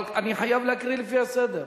אבל אני חייב להקריא לפי הסדר.